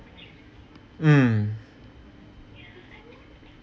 mm